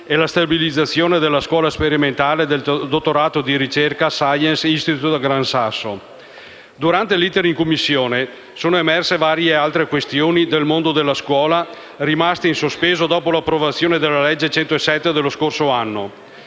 e la stabilizzazione della Scuola sperimentale di dottorato di ricerca Science Institute Gran Sasso. Durante l'*iter* in Commissione sono emerse varie altre questioni del mondo della scuola rimaste in sospeso dopo l'approvazione della legge n. 107 dello scorso anno;